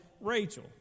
Rachel